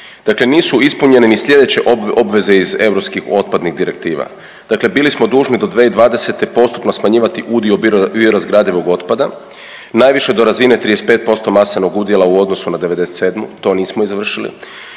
dakle nisu ispunjene ni sljedeće obveze iz europskih otpadnih direktiva. Dakle, bili smo dužni do 2020. postupno smanjivati udio biorazgradivog otpada najviše do razine 35% masenog udjela u odnosu na '97., to nismo izvršili.